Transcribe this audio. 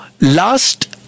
Last